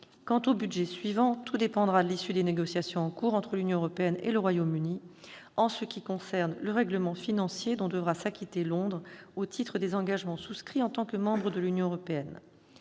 Quant aux budgets suivants, tout dépendra de l'issue des négociations en cours entre l'Union européenne et le Royaume-Uni en ce qui concerne le règlement financier dont devra s'acquitter Londres au titre des engagements souscrits en tant que membre de l'Union européenne.